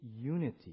unity